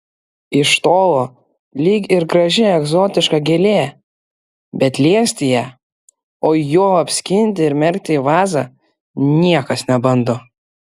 iš tolo lyg ir graži egzotiška gėlė bet liesti ją o juolab skinti ir merkti į vazą niekas nebando